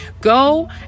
Go